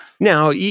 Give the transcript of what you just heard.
Now